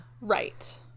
Right